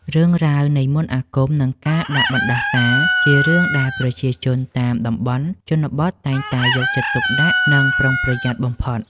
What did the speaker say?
រឿងរ៉ាវនៃមន្តអាគមនិងការដាក់បណ្តាសាជារឿងដែលប្រជាជនតាមតំបន់ជនបទតែងតែយកចិត្តទុកដាក់និងប្រុងប្រយ័ត្នបំផុត។